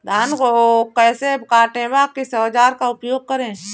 धान को कैसे काटे व किस औजार का उपयोग करें?